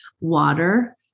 Water